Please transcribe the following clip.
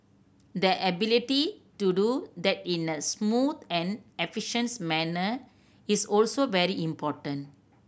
the ability to do that in a smooth and efficient manner is also very important